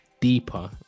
deeper